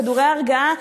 כדורי הרגעה,